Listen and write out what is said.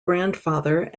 grandfather